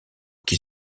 qui